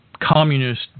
communist